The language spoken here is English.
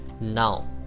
Now